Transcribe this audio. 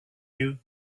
you